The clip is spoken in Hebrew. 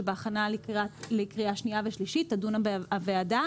שבהכנה לקריאה שנייה ושלישית תדון הוועדה